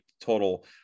total